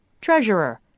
treasurer